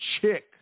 chick